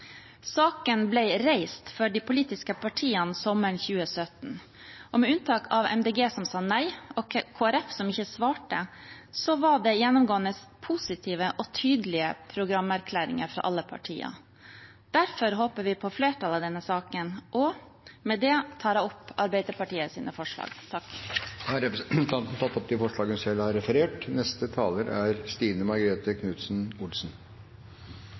Saken ble reist for de politiske partiene sommeren 2017, og med unntak av Miljøpartiet De Grønne, som sa nei, og Kristelig Folkeparti, som ikke svarte, var det gjennomgående positive og tydelige programerklæringer fra alle partier. Derfor håper vi på flertall i denne saken, og med det tar jeg opp Arbeiderpartiets forslag som vi har alene og sammen med andre. Representanten Nina Sandberg har tatt opp de forslagene hun refererte til. Det er viktig at toppidrettsutøvere har